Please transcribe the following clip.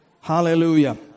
Hallelujah